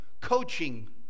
coaching